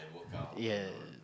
ya